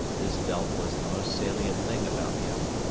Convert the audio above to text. this belt was the most salient thing about him.